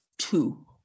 Two